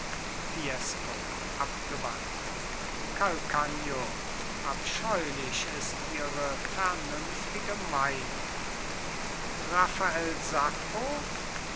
fiesco abgewandt calcagno abscheulich ist ihre vernünftige meinung